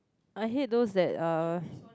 I hate those that uh